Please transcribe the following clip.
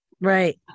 Right